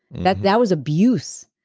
that that was abuse.